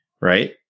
Right